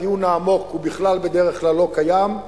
הדיון העמוק בכלל בדרך כלל לא קיים,